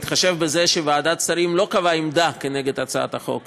בהתחשב בזה שוועדת שרים לא קבעה עמדה נגד הצעת החוק,